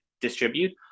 distribute